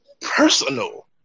personal